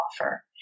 offer